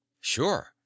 Sure